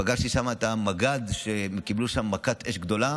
פגשתי שם את המג"ד, הם קיבלו שם מכת אש גדולה,